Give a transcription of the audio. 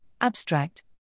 Abstract